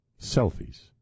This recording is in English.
Selfies